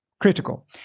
critical